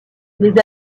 les